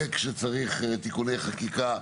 לחוקק כשצריך תיקוני חקיקה,